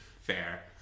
Fair